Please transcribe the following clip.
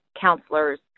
counselors